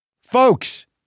Folks